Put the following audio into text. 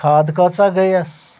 کھاد کۭژاہ گٔیَس